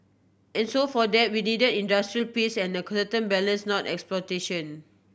and so for that we needed industrial peace and a certain balance not exploitation